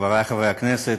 חברי חברי הכנסת,